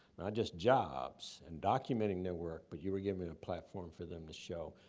not just jobs and documenting their work, but you were giving me a platform for them to show.